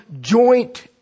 joint